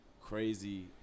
crazy